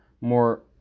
more